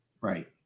Right